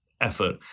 effort